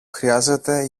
χρειάζεται